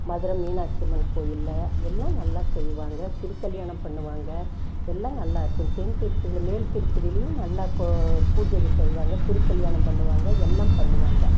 மதுரை மீனாட்சி அம்மன் கோயில்ல எல்லாம் நல்லா செய்வாங்க திருக்கல்யாணம் பண்ணுவாங்க எல்லாம் நல்லா இருக்கும் தென் திருப்பதியில் மேல் திருப்பதிலேயும் நல்லா கோ பூஜைகள் செய்வாங்க திருக்கல்யாணம் பண்ணுவாங்க எல்லாம் பண்ணுவாங்க